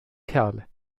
kerl